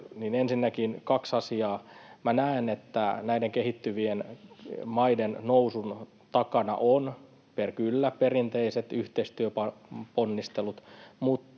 ensinnäkin kaksi asiaa. Minä näen, että näiden kehittyvien maiden nousun takana ovat kyllä perinteiset yhteistyöponnistelut